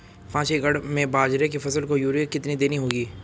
पांच एकड़ में बाजरे की फसल को यूरिया कितनी देनी होगी?